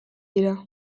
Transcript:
dira